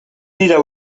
dira